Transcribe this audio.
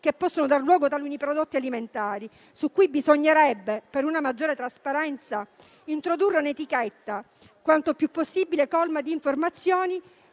che possono causare alcuni prodotti alimentari, su cui bisognerebbe, per una maggiore trasparenza, introdurre un'etichetta quanto più possibile colma di informazioni